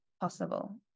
possible